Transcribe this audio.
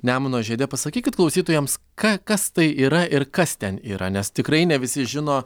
nemuno žiede pasakykit klausytojams ką kas tai yra ir kas ten yra nes tikrai ne visi žino